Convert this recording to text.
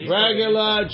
regular